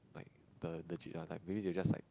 like the legit one maybe they just like